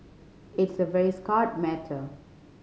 it's a very matter